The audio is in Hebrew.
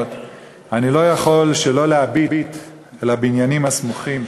אני לא יכול שלא להביט אל הבניינים הסמוכים,